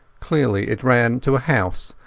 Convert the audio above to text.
clearly it ran to a house,